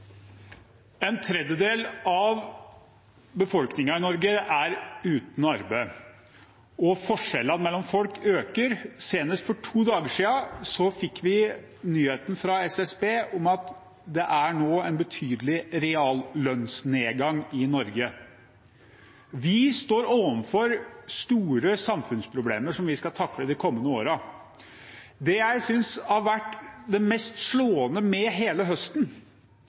uten arbeid, og forskjellene mellom folk øker. Senest for to dager siden fikk vi nyheter fra SSB om at det nå er en betydelig reallønnsnedgang i Norge. Vi står overfor store samfunnsproblemer som vi skal takle de kommende årene. Det jeg synes har vært det mest slående med hele høsten,